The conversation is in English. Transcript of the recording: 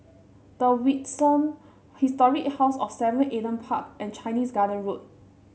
The Windsor Historic House of Seven Adam Park and Chinese Garden Road